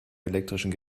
elektrischen